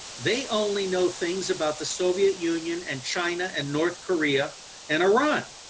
they only know things about the soviet union and china and north korea and iran.